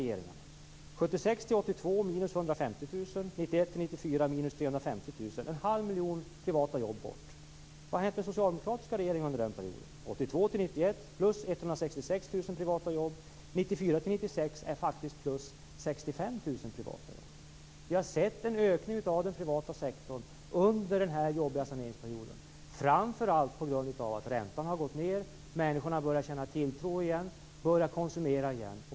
1976 1982 blev det minus 150 000. 1991-1994 blev det minus 350 000. En halv miljon privata jobb föll bort. Vad har hänt under de socialdemokratiska regeringarna under den perioden? 1982-1991 blev det plus 166 000 privata jobb. 1994-1996 blev det faktiskt plus 65 000 privata jobb. Vi har sett en ökning av den privata sektorn under den jobbiga saneringsperioden framför allt på grund av att räntan har gått ned. Människorna börjar känna tilltro igen och börjar konsumera.